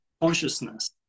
consciousness